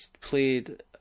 played